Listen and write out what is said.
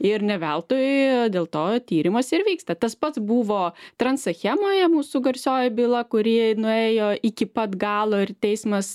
ir ne veltui dėl to tyrimas ir vyksta tas pats buvo transachemoje mūsų garsioji byla kuri nuėjo iki pat galo ir teismas